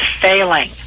failing